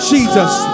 Jesus